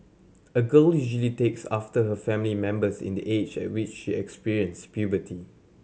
a girl usually takes after her family members in the age at which she experience puberty